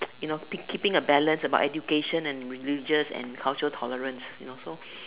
you know been keeping a balance about education and religious and cultural tolerance you know so